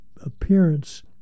appearance